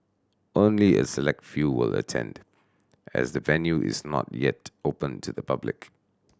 only a select few will attend as the venue is not yet open to the public